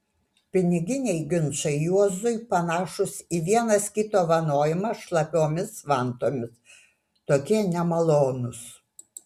piniginiai ginčai juozui panašūs į vienas kito vanojimą šlapiomis vantomis tokie nemalonūs